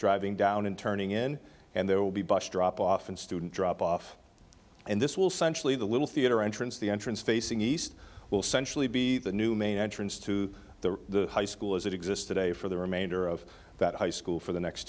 driving down and turning in and there will be bus drop off and student drop off and this will centrally the little theater entrance the entrance facing east will centrally be the new main entrance to the high school as it exists today for the remainder of that high school for the next